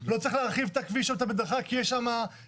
לא צריך להרחיב את המדרכה כי יש שם מסוף?